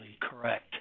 correct